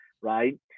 right